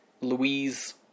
Louise